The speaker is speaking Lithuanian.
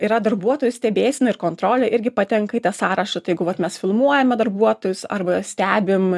yra darbuotojų stebėsena ir kontrolė irgi patenka į tą sąrašą taip jeigu vat mes filmuojame darbuotojus arba stebim